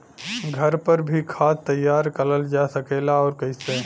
घर पर भी खाद तैयार करल जा सकेला और कैसे?